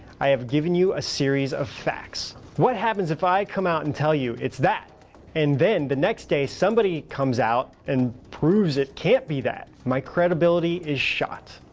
i have given you a series of facts, what happens if i come out and i tell you, it's that and then the next day somebody comes out and proves it can't be that. my credibility is shot.